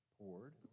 poured